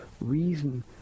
reason